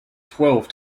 twelve